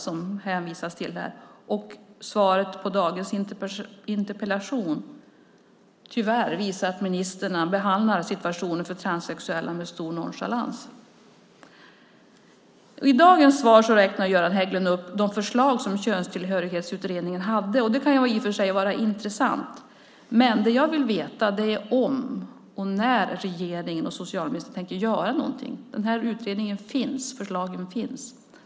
Det svaret och svaret på dagens interpellation visar, tyvärr, att ministern behandlar situationen för transsexuella med stor nonchalans. I dagens svar räknar Göran Hägglund upp de förslag som Könstillhörighetsutredningen lade fram. Det kan i och för sig vara intressant. Men jag vill veta om och när regeringen och socialministern tänker göra någonting. Utredningen och förslagen finns.